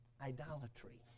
idolatry